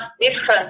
different